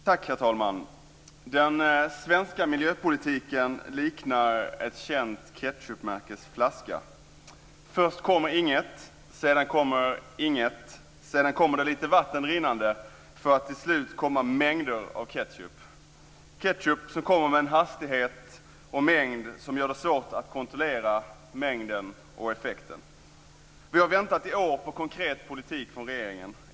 Herr talman! Den svenska miljöpolitiken liknar ketchupen i en ketchupflaska. Först kommer inget, sedan kommer inget, sedan kommer det lite vatten rinnande, och till slut kommer det mängder av ketchup som kommer med en hastighet och mängd som gör det svårt att kontrollera mängden och effekten. Vi har väntat i år på konkret politik från regeringen.